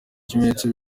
ibimenyetso